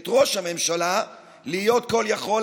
את ראש הממשלה להיות כל-יכול,